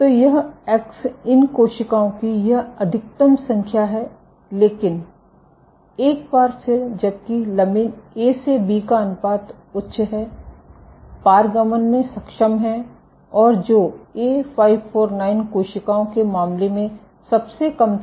तो यह एक्स इन कोशिकाओं की यह अधिकतम संख्या है लेकिन एक बार फिर जबकि लमिन ए से बी का अनुपात उच्च है पारगमन में सक्षम है और जो A549 कोशिकाओं के मामले में सबसे कम था